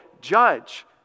judge